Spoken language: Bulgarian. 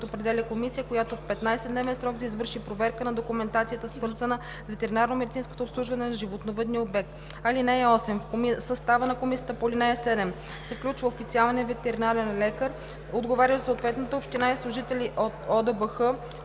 определя комисия, която в 15-дневен срок да извърши проверка на документацията, свързана с ветеринарномедицинското обслужване на животновъдния обект. (8) В състава на комисията по ал. 7 се включват официалният ветеринарен лекар, отговарящ за съответната община и служители от ОДБХ,